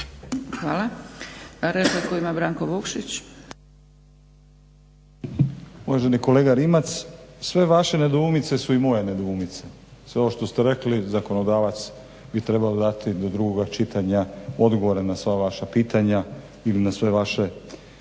laburisti - Stranka rada)** Uvaženi kolega Rimac, sve vaše nedoumice su i moje nedoumice, sve ovo što ste rekli zakonodavac bi trebao dati do drugoga čitanja odgovore na sva vaša pitanja ili na sve vaše